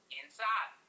inside